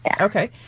Okay